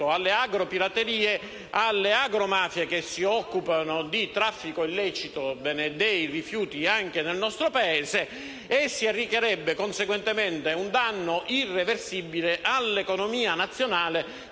alle agropiraterie, alle agromafie che si occupano di traffico illecito dei rifiuti anche nel nostro Paese e si arrecherebbe conseguentemente un danno irreversibile all'economia nazionale,